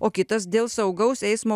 o kitas dėl saugaus eismo